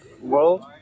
world